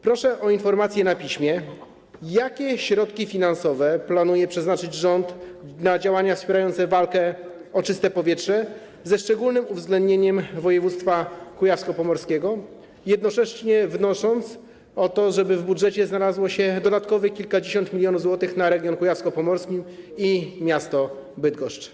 Proszę o informację na piśmie, jakie środki finansowe rząd planuje przeznaczyć na działania wspierające walkę o czyste powietrze, ze szczególnym uwzględnieniem woj. kujawsko-pomorskiego, jednocześnie wnosząc o to, żeby w budżecie znalazło się dodatkowych kilkadziesiąt milionów złotych na region kujawsko-pomorski i miasto Bydgoszcz.